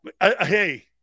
Hey